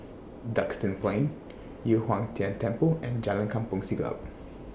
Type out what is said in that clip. Duxton Plain Yu Huang Tian Temple and Jalan Kampong Siglap